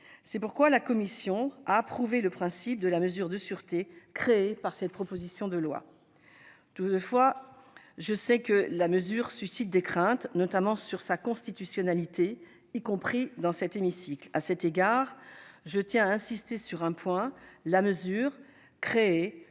C'est pourquoi la commission a approuvé le principe de la mesure de sûreté créée par la proposition de loi. Toutefois, je sais que la mesure suscite des craintes, notamment sur sa constitutionnalité, y compris au sein de cet hémicycle. À cet égard, je tiens à insister sur un point : la mesure créée